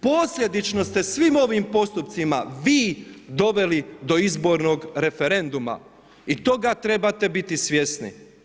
Posljedično ste svi ovim postupcima vi doveli do izbornog referenduma i toga trebate biti svjesni.